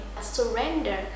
Surrender